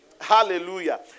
Hallelujah